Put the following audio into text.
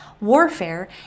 warfare